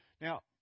Now